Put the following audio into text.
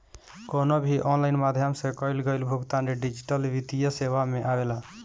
कवनो भी ऑनलाइन माध्यम से कईल गईल भुगतान डिजिटल वित्तीय सेवा में आवेला